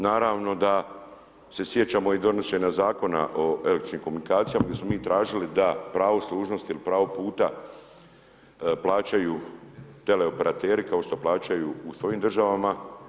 Naravno da se sjećamo i donošenja Zakona o električnim komunikacijama gdje smo mi tražili da pravo služnosti ili pravo puta plaćaju tele operateri kao što plaćaju u svojim državama.